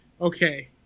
Okay